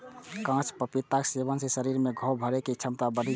कांच पपीताक सेवन सं शरीर मे घाव भरै के क्षमता बढ़ि जाइ छै